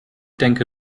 denke